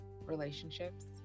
relationships